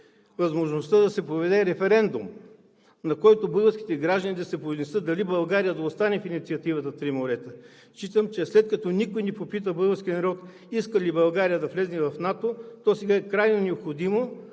възможността да се проведе референдум, на който българските граждани да се произнесат дали България да остане в инициативата „Три морета“. Считам, че след като никой не попита българския народ иска ли България да влезе в НАТО, то сега е крайно необходимо